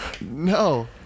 No